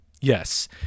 Yes